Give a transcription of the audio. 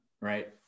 right